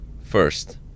first